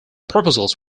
proposals